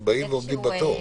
הם באים ועומדים בתור.